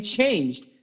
changed